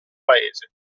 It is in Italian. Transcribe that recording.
paese